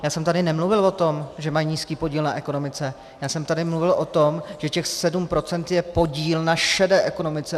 Já jsem tady nemluvil o tom, že mají nízký podíl na ekonomice, já jsem tady mluvil o tom, že těch 7 % je podíl na šedé ekonomice.